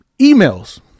emails